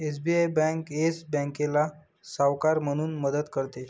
SBI bank Yes बँकेला सावकार म्हणून मदत करते